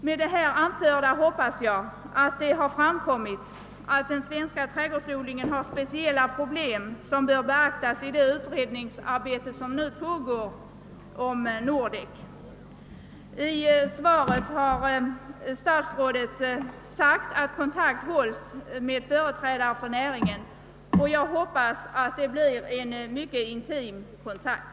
Jag hoppas att det av det här anförda har framgått att trädgårdsodlingen har speciella problem som bör beaktas i det utredningsarbete om Nordek som nu pågår. I svaret har statsrådet sagt att kontakt hålls med företrädare för näringen. Jag hoppas att det blir en mycket intim kontakt.